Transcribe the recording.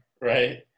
right